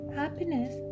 happiness